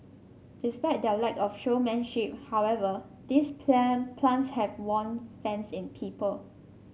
despite their lack of showmanship however these plan plants have won fans in people